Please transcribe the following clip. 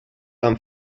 tan